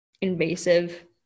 invasive